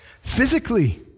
Physically